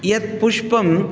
यत् पुष्पं